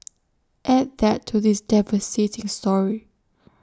add that to this devastating story